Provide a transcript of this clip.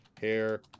hair